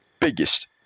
biggest